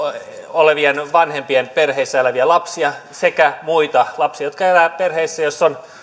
olevien vanhempien perheissä eläviä lapsia sekä muita lapsia jotka elävät perheissä joissa